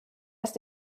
ist